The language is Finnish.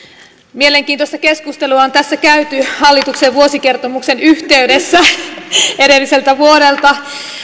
mielenkiintoista keskustelua on tässä käyty hallituksen vuosikertomuksen yhteydessä edelliseltä vuodelta